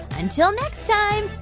until next time,